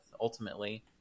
Ultimately